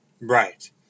Right